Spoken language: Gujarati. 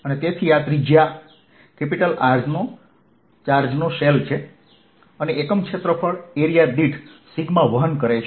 તેથી આ ત્રિજ્યા R નો ચાર્જનો શેલ છે અને એકમ ક્ષેત્રફળ દીઠ વહન કરે છે